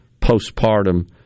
postpartum